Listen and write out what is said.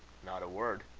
not a word.